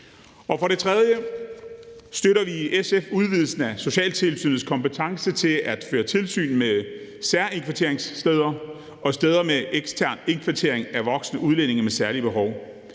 For det tredje støtter vi i SF udvidelsen af socialtilsynets kompetence til at føre tilsyn med særindkvarteringssteder og steder med ekstern indkvartering af voksne udlændinge med særlige behov.